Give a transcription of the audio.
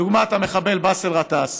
דוגמת המחבל באסל גטאס.